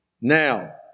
Now